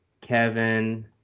kevin